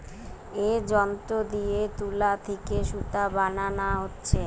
এ যন্ত্র দিয়ে তুলা থিকে সুতা বানানা হচ্ছে